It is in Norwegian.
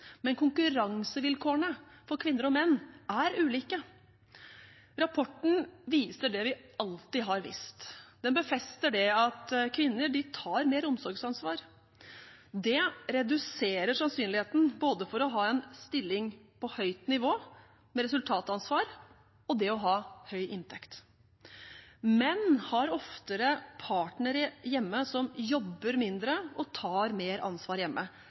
men konkurransevilkårene for kvinner og menn er ulike. Rapporten viser det vi alltid har visst. Den befester det at kvinner tar mer omsorgsansvar. Det reduserer sannsynligheten både for å ha en stilling på høyt nivå med resultatansvar og det å ha høy inntekt. Menn har oftere partnere hjemme som jobber mindre og tar mer ansvar hjemme.